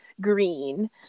green